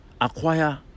acquire